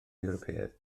ewropeaidd